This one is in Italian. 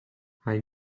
hai